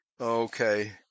Okay